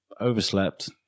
overslept